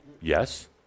Yes